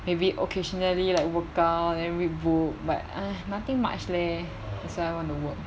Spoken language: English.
maybe occasionally like work out and then read book but ah nothing much leh that's why I want to work